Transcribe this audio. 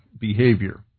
behavior